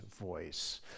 voice